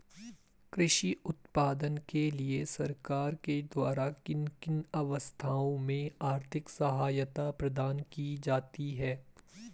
कृषि उत्पादन के लिए सरकार के द्वारा किन किन अवस्थाओं में आर्थिक सहायता प्रदान की जाती है?